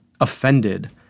offended